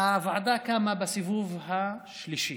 הוועדה קמה בסיבוב השלישי,